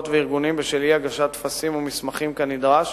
וארגונים בשל אי-הגשת טפסים ומסמכים כנדרש